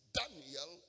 daniel